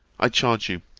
i charge you,